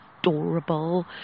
adorable